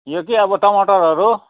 यो के अब टमाटरहरू